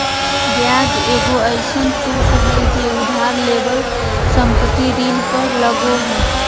ब्याज एगो अइसन शुल्क हइ जे उधार लेवल संपत्ति ऋण पर लगो हइ